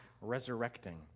resurrecting